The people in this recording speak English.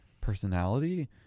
personality